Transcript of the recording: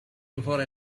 before